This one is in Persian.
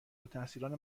التحصیلان